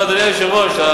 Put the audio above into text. אדוני היושב-ראש,